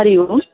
हरिः ओम्